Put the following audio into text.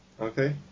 Okay